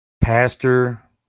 pastor